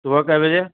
صبح کے بجے